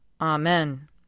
Amen